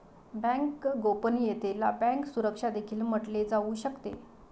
bank गोपनीयतेला bank सुरक्षा देखील म्हटले जाऊ शकते